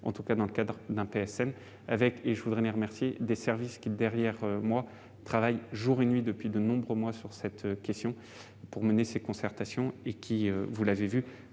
en tout cas dans le cadre d'un PSN, avec, et je veux les remercier, des services qui, derrière moi, travaillent jour et nuit depuis de nombreux mois sur cette question pour mener ces concertations, qui ne manquent